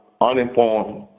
uninformed